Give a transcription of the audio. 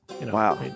Wow